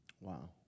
Wow